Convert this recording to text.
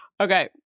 Okay